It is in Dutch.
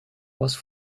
was